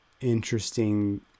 interesting